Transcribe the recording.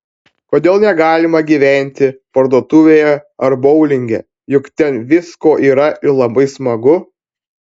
kodėl negalima gyventi parduotuvėje ar boulinge juk ten visko yra ir labai smagu